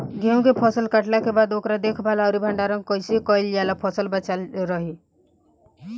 गेंहू के फसल कटला के बाद ओकर देखभाल आउर भंडारण कइसे कैला से फसल बाचल रही?